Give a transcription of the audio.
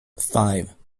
five